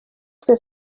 twe